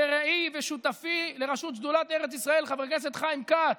רעי ושותפי לראשות שדולת ארץ ישראל חבר הכנסת חיים כץ,